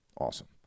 Awesome